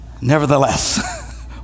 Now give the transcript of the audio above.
Nevertheless